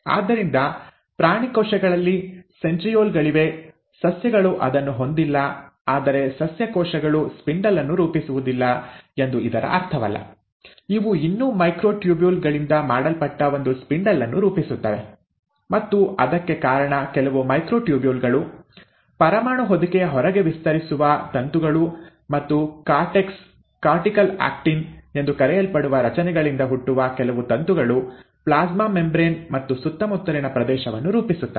ಆದ್ದರಿಂದ ಪ್ರಾಣಿ ಕೋಶಗಳಲ್ಲಿ ಸೆಂಟ್ರೀಯೋಲ್ ಗಳಿವೆ ಸಸ್ಯಗಳು ಅದನ್ನು ಹೊಂದಿಲ್ಲ ಆದರೆ ಸಸ್ಯ ಕೋಶಗಳು ಸ್ಪಿಂಡಲ್ ಅನ್ನು ರೂಪಿಸುವುದಿಲ್ಲ ಎಂದು ಇದರ ಅರ್ಥವಲ್ಲ ಅವು ಇನ್ನೂ ಮೈಕ್ರೊಟ್ಯೂಬ್ಯೂಲ್ ಗಳಿಂದ ಮಾಡಲ್ಪಟ್ಟ ಒಂದು ಸ್ಪಿಂಡಲ್ ಅನ್ನು ರೂಪಿಸುತ್ತವೆ ಮತ್ತು ಅದಕ್ಕೆ ಕಾರಣ ಕೆಲವು ಮೈಕ್ರೊಟ್ಯೂಬ್ಯೂಲ್ ಗಳು ಪರಮಾಣು ಹೊದಿಕೆಯ ಹೊರಗೆ ವಿಸ್ತರಿಸುವ ತಂತುಗಳು ಮತ್ತು ಕಾರ್ಟೆಕ್ಸ್ ಕಾರ್ಟಿಕಲ್ ಆಕ್ಟಿನ್ ಎಂದು ಕರೆಯಲ್ಪಡುವ ರಚನೆಗಳಿಂದ ಹುಟ್ಟುವ ಕೆಲವು ತಂತುಗಳು ಪ್ಲಾಸ್ಮಾ ಮೆಂಬರೇನ್ ಮತ್ತು ಸುತ್ತಮುತ್ತಲಿನ ಪ್ರದೇಶವನ್ನು ರೂಪಿಸುತ್ತವೆ